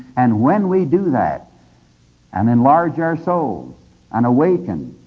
and when we do that and enlarge our souls and awaken,